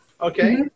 Okay